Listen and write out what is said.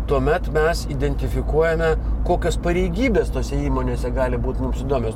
tuomet mes identifikuojame kokios pareigybės tose įmonėse gali būt mums įdomios